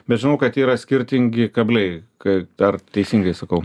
bet žinau kad yra skirtingi kabliai kai ar teisingai sakau